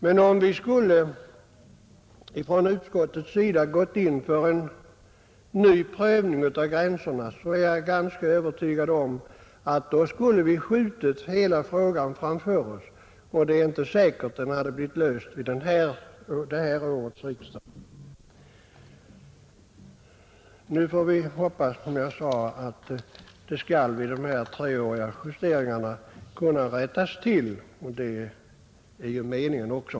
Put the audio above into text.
Men om utskottet skulle ha gått in på en ny prövning av gränserna är jag övertygad om att vi skulle ha skjutit hela frågan framför oss, och det är inte säkert att den blivit löst vid det här årets riksdag. Nu får vi, som sagt, hoppas att saken skall kunna rättas till vid de treåriga justeringarna; det är ju också meningen.